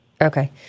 Okay